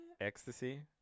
ecstasy